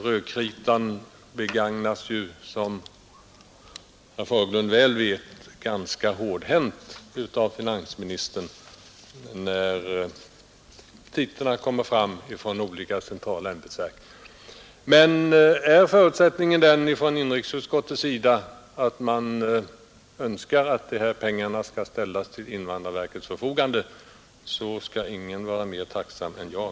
Rödkritan begagnas ju, som herr Fagerlund väl vet, ganska hårdhänt av finansministern när petita kommer fram från olika centrala ämbetsverk. Men förutsätter inrikesutskottet verkligen att de här pengarna skall ställas till invandrarverkets förfogande, så skall ingen vara mer tacksam än jag.